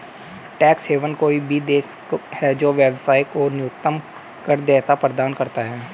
tax haven कोई भी देश है जो व्यवसाय को न्यूनतम कर देयता प्रदान करता है